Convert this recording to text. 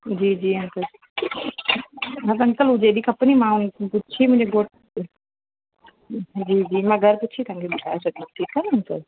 जी जी अंकल बसि अंकल जंहिं ॾींहु खपंदी मां हाणे घर मां पुछी तव्हांखे ॿुधाए छॾींदमि ठीकु आहे न अंकल